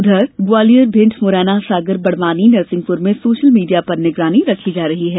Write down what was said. उधर ग्वालियर भिंड मुरैना सागर बड़वानी नरसिंहपुर में social media पर निगरानी की जा रही है